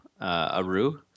Aru